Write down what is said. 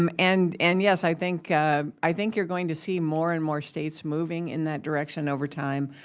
um and and yes, i think i think you're going to see more and more states moving in that direction over time.